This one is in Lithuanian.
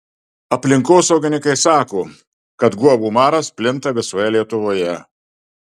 aplinkosaugininkai sako kad guobų maras plinta visoje lietuvoje